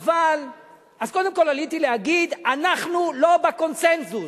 אז קודם כול עליתי להגיד: אנחנו לא בקונסנזוס.